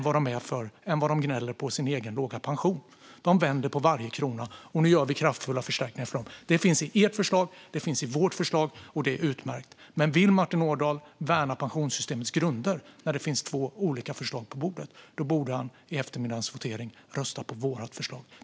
De gnäller inte på sin egen låga pension. De vänder på varje krona. Nu gör vi kraftfulla förstärkningar för dem. Det finns i det andra förslaget. Det finns i vårt förslag. Det är utmärkt. Men om Martin Ådahl när det finns två olika förslag på bordet vill värna pensionssystemets grunder bör han vid eftermiddagens votering rösta på vårt förslag.